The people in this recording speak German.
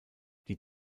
die